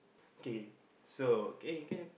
okay so eh can